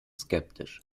skeptisch